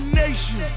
nation